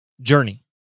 journey